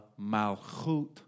Malchut